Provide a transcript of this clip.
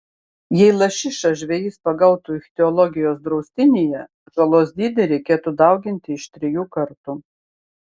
jei lašišą žvejys pagautų ichtiologijos draustinyje žalos dydį reikėtų dauginti iš trijų kartų